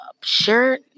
Shirt